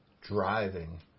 driving